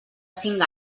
cinc